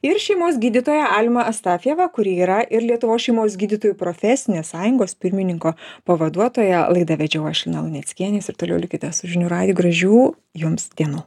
ir šeimos gydytoją almą astafjevą kuri yra ir lietuvos šeimos gydytojų profesinės sąjungos pirmininko pavaduotoja laidą vedžiau aš lina luneckienė jūs ir toliau likite su žinių radiju gražių jums dienų